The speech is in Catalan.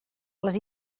les